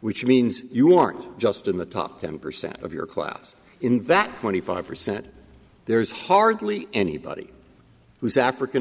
which means you aren't just in the top ten percent of your class in that twenty five percent there's hardly anybody who's african